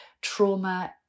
Trauma